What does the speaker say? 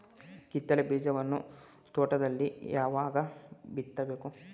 ಕಿತ್ತಳೆ ಬೀಜವನ್ನು ತೋಟದಲ್ಲಿ ಯಾವಾಗ ಬಿತ್ತಬೇಕು?